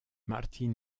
martín